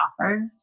offer